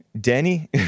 Denny